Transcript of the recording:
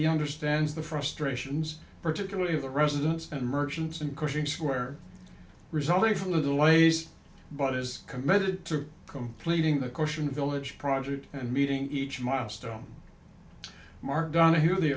he understands the frustrations particularly of the residents and merchants and pushing square resulting from the lays but is committed to completing the question village project and meeting each milestone mark donaghue the